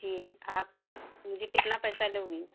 जी आप मुझे कितना पैसा लोगी